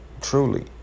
truly